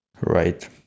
Right